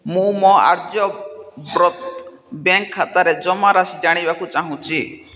ମୁଁ ମୋର ଆର୍ଯ୍ୟବ୍ରତ ବ୍ୟାଙ୍କ୍ ଖାତାରେ ଜମାରାଶି ଜାଣିବାକୁ ଚାହୁଁଛି